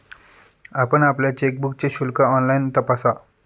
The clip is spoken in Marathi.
आपण आपल्या चेकबुकचे शुल्क ऑनलाइन तपासा